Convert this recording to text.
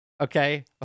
Okay